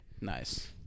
Nice